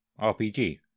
RPG